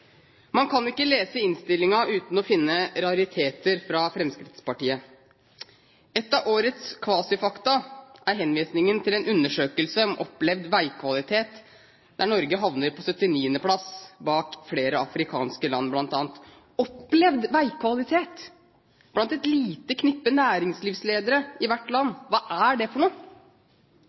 Man kan ikke lese innstillingen uten å finne rariteter fra Fremskrittspartiet. Et av årets kvasifaktum er henvisningen til en undersøkelse om opplevd veikvalitet, der Norge havner på 79. plass bak bl.a. flere afrikanske land. Opplevd veikvalitet blant et lite knippe næringslivsledere i hvert land, hva er det for noe?